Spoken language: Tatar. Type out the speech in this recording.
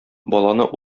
баланы